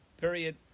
Period